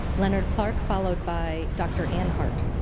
leonard clark followed by dr. anne hart.